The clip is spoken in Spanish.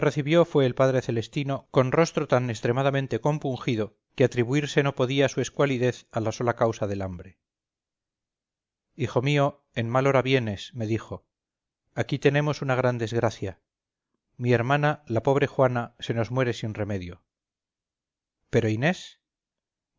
fue amigote del padre